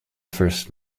first